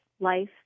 life